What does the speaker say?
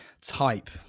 type